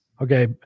okay